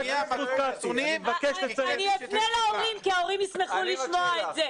אני אפנה להורים, כי ההורים ישמחו לשמוע את זה.